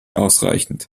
ausreichend